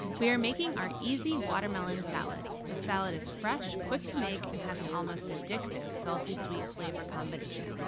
we are making our easy watermelon salad. this salad is fresh, quick to make, and has an almost addictive salty sweet flavor combination.